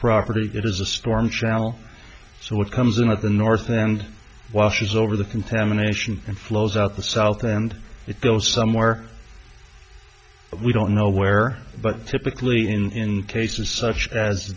property that is a storm channel so what comes in at the north end washes over the contamination and flows out the south and it goes somewhere we don't know where but typically in cases such as